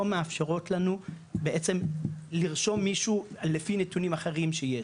מאפשרות לנו בעצם לרשום מישהו לפי נתונים אחרים שיש,